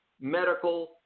Medical